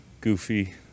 goofy